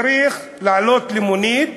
צריך לעלות למונית